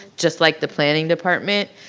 just like the planning department,